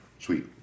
Sweet